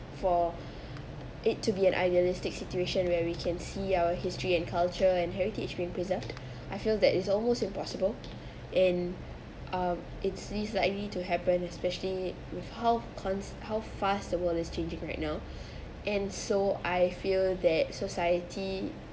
for it to be an idealistic situation where we can see our history and culture and heritage been preserved I feel that it's almost impossible and uh it sees likely to happen especially with how cons~ how fast the world is changing right now and so I feel that society